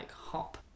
hop